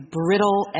brittle